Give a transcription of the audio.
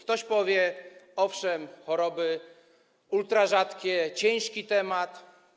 Ktoś powie: owszem, choroby ultrarzadkie - ciężki temat.